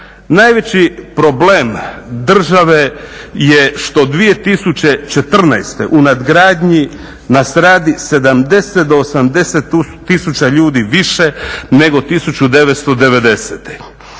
Najveći problem države je što 2014. u nadgradnji nas radi 70 do 80 tisuća ljudi više nego 1990.